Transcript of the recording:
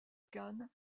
cannes